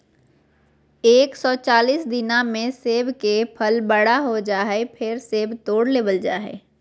एक सौ चालीस दिना मे सेब के फल बड़ा हो जा हय, फेर सेब तोड़ लेबल जा हय